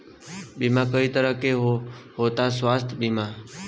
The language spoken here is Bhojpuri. बीमा कई तरह के होता स्वास्थ्य बीमा?